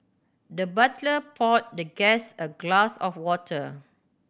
the butler poured the guest a glass of water